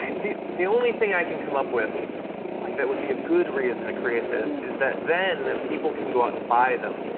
the the only thing that i can come up with like that would be a good reason to create this is that then people can go out and buy them.